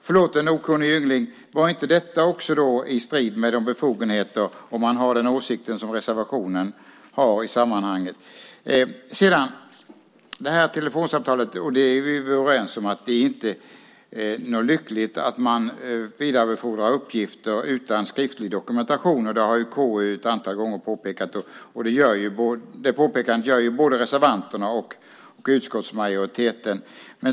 Förlåt en okunnig yngling, men var inte också detta i strid med de befogenheterna, om man har de åsikter som man i sammanhanget har i reservationen? När det gäller telefonsamtalet är vi överens om att det inte är lyckligt att man vidarebefordrar uppgifter utan skriftlig dokumentation. Det har KU påpekat ett antal gånger. Det påpekandet gör både reservanterna och utskottsmajoriteten.